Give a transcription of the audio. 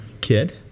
kid